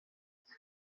music